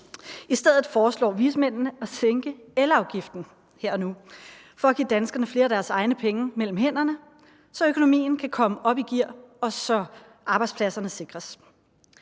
I stedet foreslår vismændene at sænke elafgiften her og nu for at give danskerne flere af deres egne penge mellem hænderne, så økonomien kan komme op i gear, og så arbejdspladserne sikres.